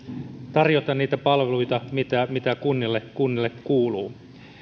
tarjota niitä palveluita mitä mitä kunnille kunnille kuuluu